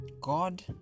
God